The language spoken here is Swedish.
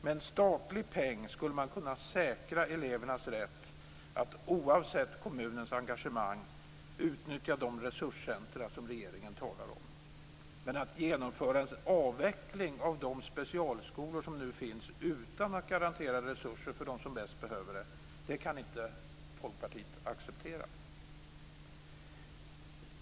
Med en statlig peng skulle man kunna säkra elevernas rätt att oavsett kommunens engagemang utnyttja de resurscentrum som regeringen talar om. Men att genomföra en avveckling av de specialskolor som nu finns utan att garantera resurser för dem som bäst behöver dem kan inte Folkpartiet acceptera.